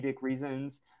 reasons